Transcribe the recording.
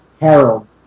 Harold